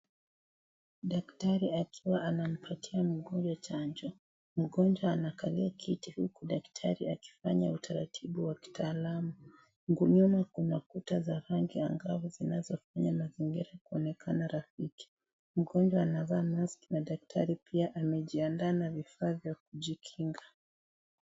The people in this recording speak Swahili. Daktari akiwa anampatia mgonjwa chanjo , mgonjwa anakalia kiti huku daktari akifanya utaratibu wa kitaalamu. Huko nyuma kuna ukuta za rangi ya ngavu zinazofanya mazingira kuonekana . Mgonjwa amavaa maski na daktari pia amejiandaa na vifaa vya kujikinga.